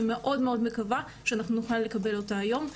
מאוד מאוד מקווה שאנחנו נוכל לקבל אותה היום,